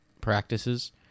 practices